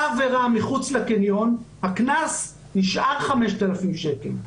עבירה מחוץ לקניון הקנס נשאר 5,000 שקלים.